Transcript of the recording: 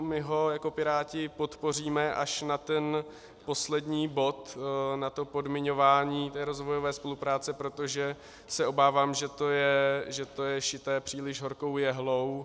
My ho jako Piráti podpoříme, až na ten poslední bod, na podmiňování té rozvojové spolupráce, protože se obávám, že to je šité příliš horkou jehlou.